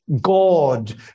God